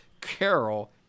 Carol